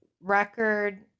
record